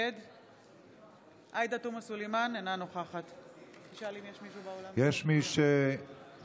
נגד עאידה תומא סלימאן, אינה נוכחת יש מי שלא